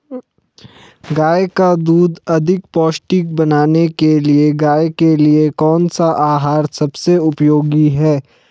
गाय का दूध अधिक पौष्टिक बनाने के लिए गाय के लिए कौन सा आहार सबसे उपयोगी है?